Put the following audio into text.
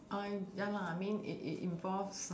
I'm ya lah I mean it it it involves